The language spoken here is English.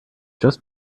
just